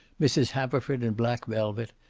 mrs. haverford in black velvet,